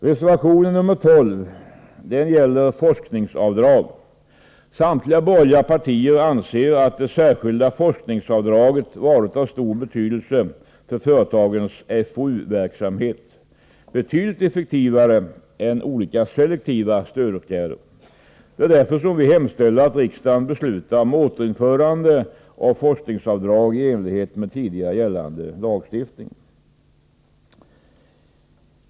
Reservation nr 12 gäller forskningsavdrag. Samtliga borgerliga partier anser att det särskilda forskningsavdraget varit av stor betydelse för företagens FoU-verksamhet — betydligt effektivare än olika selektiva stödformer. Det är därför som vi hemställer att riksdagen beslutar om återinförande av forskningsavdrag i enlighet med tidigare gällande lagstiftning.